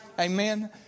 Amen